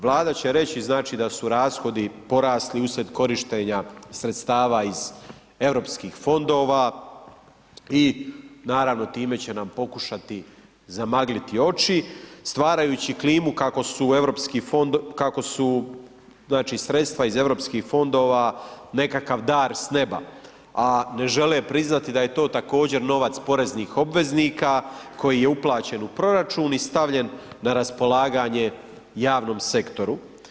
Vlada će reći znači da su rashodi porasli uslijed korištenja sredstava iz europskih fondova i naravno time će nam pokušati zamagliti oči stvarajući klimu kako su europski, kako su, znači sredstva iz europskih fondova nekakav dar s neba, a ne žele priznati da je to također novac poreznih obveznika koji je uplaćen u proračun i stavljen na raspolaganje javnom sektoru.